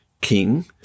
king